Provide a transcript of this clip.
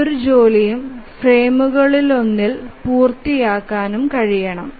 ഏതൊരു ജോലിയും ഫ്രെയിമുകളിലൊന്നിൽ പൂർത്തിയാക്കാൻ കഴിയണം